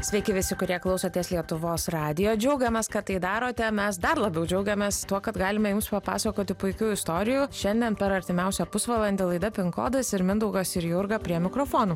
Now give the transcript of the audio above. sveiki visi kurie klausotės lietuvos radijo džiaugiamės kad tai darote mes dar labiau džiaugiamės tuo kad galime jums papasakoti puikių istorijų šiandien per artimiausią pusvalandį laida pin kodas ir mindaugas ir jurga prie mikrofonų